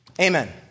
Amen